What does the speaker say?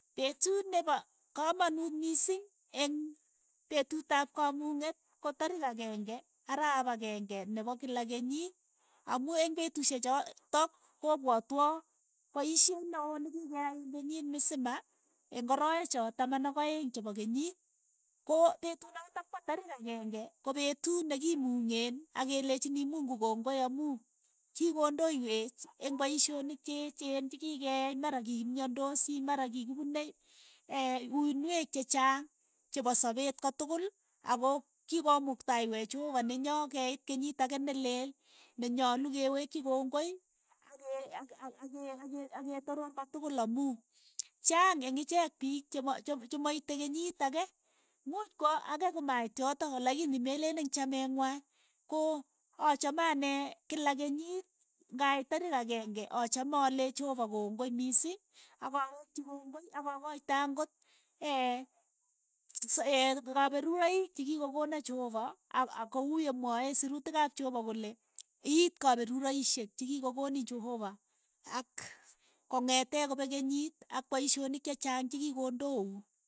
Petut ne pa kamanut mising eng' petut ap kamung'et ko tarik akeng'e arap akeng'e ne pa kila kenyit. amu eng' petushek chotok kopwoto paisheet ne oo ni kikeyai eng' kenyit msima eng' arowek choo taman ak aeng' chepo kenyit, ko petut notok pa tarik akeng'e ko petut ne kimung'e akelechini mungu kongoi amu kikondoiyweech eng paishoniik che echeen che kikeyai, mara kikimyandosi mara kikikupune guinweek chechaang chepo sapeet kotukul ako kikomuktaiywech cheopa nenyoo keit kenyit ake neleel nenyolu kewekchi kongoi ake ak- ak- ake- aketoror kotukul amu chaang eng icheek piik chemo chemo chemoite kenyiit ake, muuch kwa ake kimait yotok lakini meleen eng' chameet ng'wai, ko achame anee kila kenyiit ng'ait tariik akenge achame aleech chehopa kongoi mising akawekchi kongoi akakaite ang'ot ss kaperuroiik chikikokona cheopa ak ko uu yemwae sirutik ap cheopa kole iit kaperuraishek chikikokoniin cheopa ak kongetee kopek kenyit ak paishonik chechaang chikikondoun.